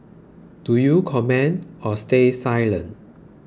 do you comment or stay silent